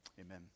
amen